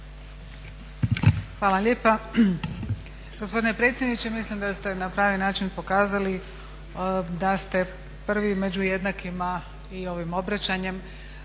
Hvala lijepa. Gospodine predsjedniče mislim da ste na pravi način pokazali da ste prvi među jednakima i ovim obraćanjem.